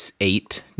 eight